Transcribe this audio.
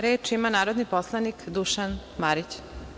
Reč ima narodni poslanik Dušan Marić.